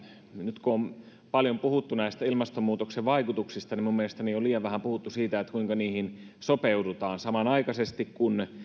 nyt kun on paljon puhuttu näistä ilmastonmuutoksen vaikutuksista niin minun mielestäni on liian vähän puhuttu siitä kuinka niihin sopeudutaan samanaikaisesti kun